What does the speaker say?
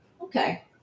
okay